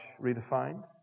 redefined